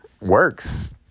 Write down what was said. works